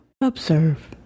observe